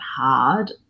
hard